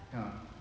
ah